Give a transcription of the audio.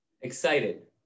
Excited